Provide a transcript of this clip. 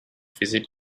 visited